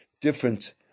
different